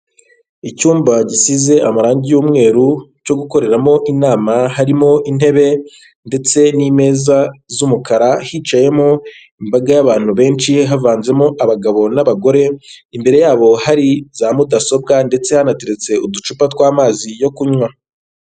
Icyumba gisize amarangi y'umweru cyo gukoreramo inama; harimo intebe ndetse n'imeza z'umukara, hicayemo imbaga y'abantu benshi, havanzemo abagabo n'abagore, imbere yabo hari za mudasobwa ndetse hanateretse uducupa tw'amazi yo kunywa.